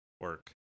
work